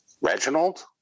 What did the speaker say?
Reginald